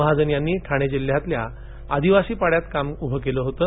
महाजन यांनी ठाणे जिल्ह्यातील आदिवासी पाड्यात काम उभं केलं होतं